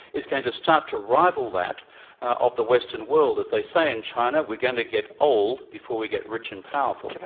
is going to start to rival that of the western world. as they say in china, we're going to get old before we get rich and powerful.